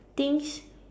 things